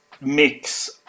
mix